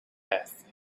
earth